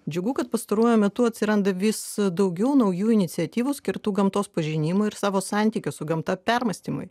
džiugu kad pastaruoju metu atsiranda vis daugiau naujų iniciatyvų skirtų gamtos pažinimo ir savo santykio su gamta permąstymui